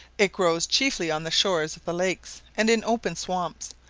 it grows chiefly on the shores of the lakes and in open swamps,